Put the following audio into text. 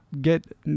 get